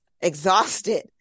exhausted